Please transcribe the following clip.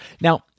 Now